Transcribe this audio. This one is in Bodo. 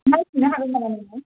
नायफिननो हागोन नामा नोङो